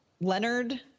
Leonard